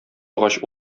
агач